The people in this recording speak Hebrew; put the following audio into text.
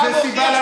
אתה מוכיח שאתה